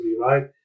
right